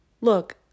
look